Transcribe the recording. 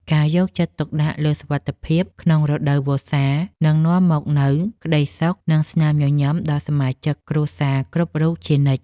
ការយកចិត្តទុកដាក់លើសុវត្ថិភាពក្នុងរដូវវស្សានឹងនាំមកនូវក្តីសុខ និងស្នាមញញឹមដល់សមាជិកគ្រួសារគ្រប់រូបជានិច្ច។